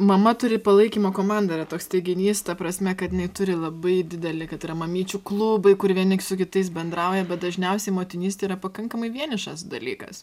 mama turi palaikymo komandą yra toks teiginys ta prasme kad jinai turi labai didelį kad yra mamyčių klubai kur vieni su kitais bendrauja bet dažniausiai motinystė yra pakankamai vienišas dalykas